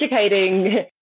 Educating